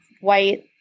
white